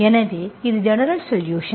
எனவே இது general solution